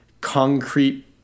concrete